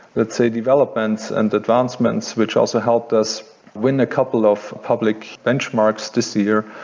let's say developments and advancements, which also helped us win a couple of public benchmarks this year.